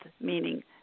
meaning